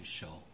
show